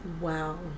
wow